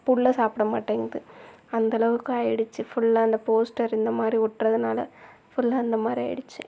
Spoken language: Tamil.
புல்லை சாப்பிட மாட்டேங்கிது அந்தளவுக்கு ஆயிடிச்சு ஃபுல்லாக அந்த போஸ்டர் இந்தமாதிரி ஒட்டுறதுனால ஃபுல்லாக அந்தமாதிரி ஆயிடிச்சு